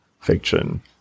fiction